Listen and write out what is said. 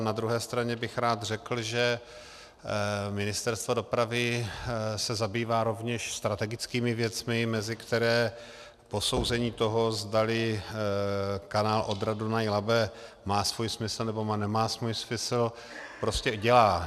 Na druhé straně bych rád řekl, že Ministerstvo dopravy se zabývá rovněž strategickými věcmi, mezi které posouzení toho, zdali kanál OdraDunajLabe má svůj smysl, nebo nemá svůj smysl, prostě dělá.